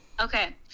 Okay